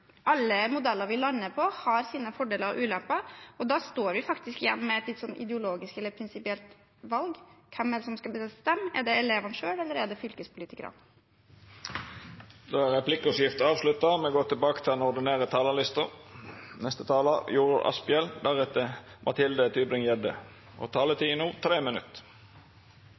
alle modeller vi lander på, har sine fordeler og ulemper, og da står vi faktisk igjen med et ideologisk eller prinsipielt valg: Hvem skal bestemme? Er det elevene selv, eller er det fylkespolitikerne? Replikkordskiftet er avslutta. Dei talarane som heretter får ordet, har ei taletid på inntil 3 minutt. Det å presse fylkeskommunene til å